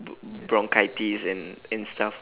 b~ bronchitis and and stuff